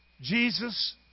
Jesus